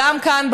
גם כאן,